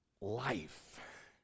life